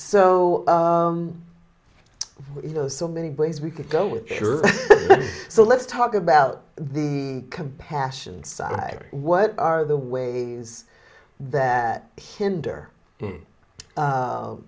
so you know so many ways we could go with your so let's talk about the compassion side what are the ways that hinder